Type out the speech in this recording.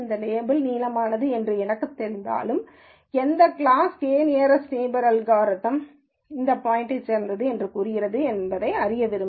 label நீலமானது என்று எனக்குத் தெரிந்தாலும் எந்த கிளாஸ் k நியரஸ்ட் நெய்பர்ஸ்அல்காரிதம் இந்த பாயிண்ட்யைச் சேர்ந்தது என்று கூறுகிறது என்பதை அறிய விரும்புகிறேன்